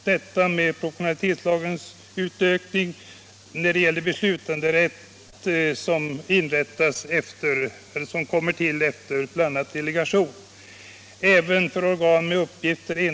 Det är en linje som centern länge har drivit.